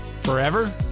forever